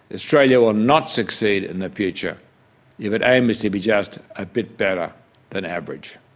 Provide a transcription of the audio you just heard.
australia will not succeed in the future if it aims to be just a bit better than average.